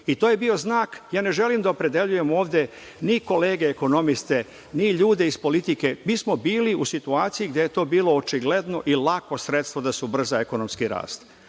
To je bio znak, ja ne želim da opredeljujem ovde ni kolege ekonomiste, ni ljude iz politike, mi smo bili u situaciji gde je to bilo očigledno i lako sredstvo da se ubrza ekonomski rast,